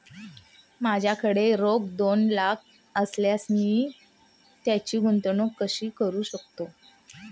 माझ्याकडे रोख दोन लाख असल्यास मी त्याची गुंतवणूक कशी करू शकतो?